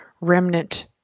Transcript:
remnant